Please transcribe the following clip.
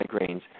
migraines